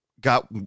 got